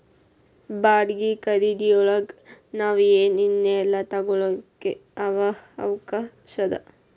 ಬಾಡ್ಗಿ ಖರಿದಿಯೊಳಗ್ ನಾವ್ ಏನ್ ಏನೇಲ್ಲಾ ತಗೊಳಿಕ್ಕೆ ಅವ್ಕಾಷದ?